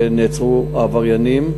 ונעצרו העבריינים,